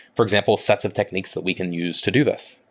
for example, sets of techniques that we can use to do this,